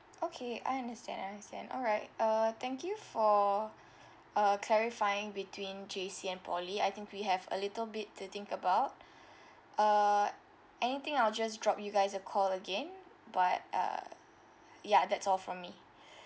okay I understand I understand alright uh thank you for uh clarifying between J_C and poly I think we have a little bit to think about uh anything I will just drop you guys a call again but uh ya that's all from me